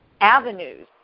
avenues